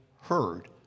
heard